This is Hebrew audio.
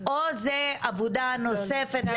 או זאת עבודה נוספת?